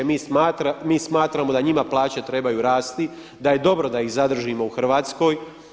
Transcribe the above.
Mi smatramo da njima plaće trebaju rasti, da je dobro da ih zadržimo u Hrvatskoj.